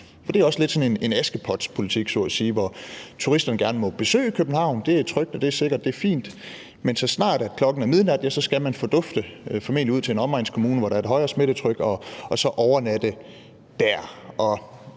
nemlig også lidt en askepotpolitik så at sige, hvor turisterne gerne må besøge København, for det er trygt, det er sikkert, og det er fint, men så snart klokken er midnat, skal man fordufte, formentlig ud til en omegnskommune, hvor der er et højere smittetryk, og så overnatte der.